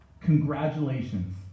Congratulations